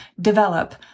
develop